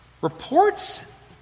reports